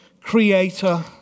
creator